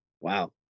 Wow